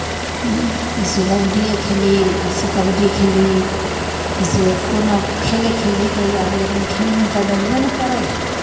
जइसे बबड्डी खेलली जइसे कबड्डी खेलली जइसे कोनो खेले खेलली तऽ अभी आदमी खेलमे तऽ दौड़बे ने करैत हइ